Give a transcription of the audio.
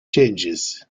changes